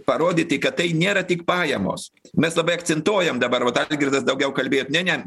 parodyti kad tai nėra tik pajamos mes labai akcentuojam dabar vat algirdas daugiau kalbėjo ne ne